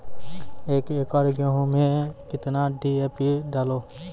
एक एकरऽ गेहूँ मैं कितना डी.ए.पी डालो?